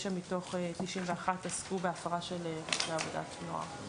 9 מתוך 91 עסקנו בהפרה של חוזי העסקת נוער.